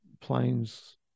planes